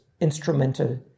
instrumental